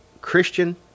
Christian